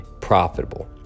profitable